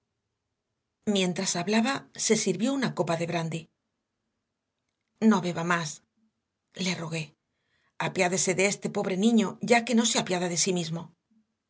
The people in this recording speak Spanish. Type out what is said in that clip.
mientras hablaba se sirvió una copa de brandy no beba más le rogué apiádese de este pobre niño ya que no se apiada de sí mismo